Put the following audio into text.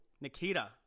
Nikita